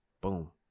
Boom